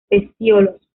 pecíolos